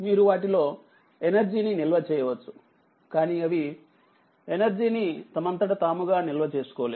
మీరు వాటిలో ఎనర్జీ ని నిల్వ చేయవచ్చు కానీ అవి ఎనర్జీ ని తమంతట తాముగా నిల్వ చేసుకోలేవు